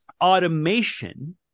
Automation